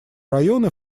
районы